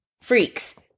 freaks